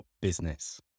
Business